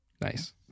Nice